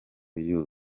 you